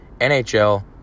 NHL